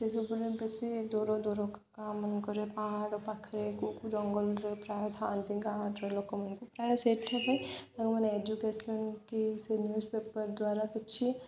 ସେସବୁରେ ବେଶୀ ଦୂର ଦୂର ଗାଁମାନଙ୍କରେ ପାହାଡ଼ ପାଖରେ କୋଉ ଜଙ୍ଗଲରେ ପ୍ରାୟ ଥାଆନ୍ତି ଗାଁରେ ଲୋକମାନଙ୍କୁ ପ୍ରାୟ ସେଇଥିପାଇଁ ତାଙ୍କମାନେ ଏଜୁକେସନ୍ କି ସେ ନ୍ୟୁଜ ପେପର ଦ୍ୱାରା କିଛି